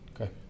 Okay